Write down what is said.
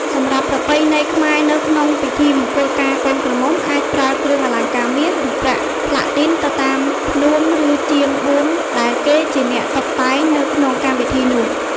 សម្រាប់ប្រពៃណីខ្មែរនៅក្នុងពិធីមង្គលការកូនក្រមុំអាចប្រើគ្រឿងអលង្ការមាស ឬ ប្រាក់ ប្លាទីទៅតាមផ្នួងឬជាងបួងដែលគេជា អ្នកតុបតែងនៅក្នុងកម្មវិធីនោះ។